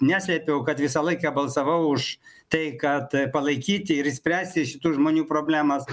neslėpiau kad visą laiką balsavau už tai kad palaikyti ir išspręsti šitų žmonių problemas